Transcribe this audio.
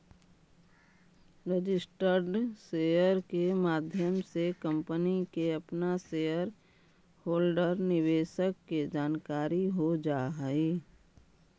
registered share के माध्यम से कंपनी के अपना शेयर होल्डर निवेशक के जानकारी हो जा हई